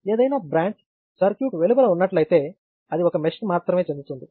ఏదైనా branch circuit వెలుపల ఉన్నట్లయితే అది ఒక మెష్కి మాత్రమే చెందుతుంది